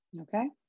Okay